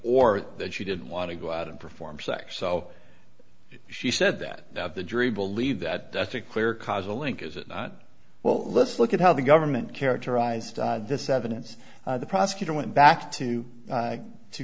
or that she didn't want to go out and perform sex so she said that the jury believe that that's a clear cause a link is it not well let's look at how the government characterized this evidence the prosecutor went back to